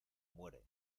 muere